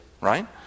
right